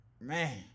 man